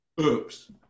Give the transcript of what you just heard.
Oops